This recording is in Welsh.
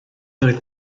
oedd